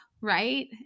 right